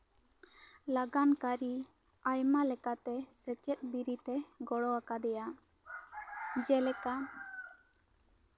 ᱞᱟᱜᱟᱱ ᱠᱟᱨᱤ ᱟᱭᱢᱟ ᱞᱮᱠᱟᱛᱮ ᱥᱮᱪᱮᱫ ᱵᱤᱨᱤᱫ ᱮ ᱜᱚᱲᱚ ᱟᱠᱟᱫᱮᱭᱟ ᱡᱮᱞᱮᱠᱟ